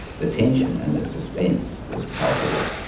the tension and the suspense was palpable.